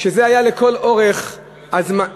שזה היה לכל אורך הזמן.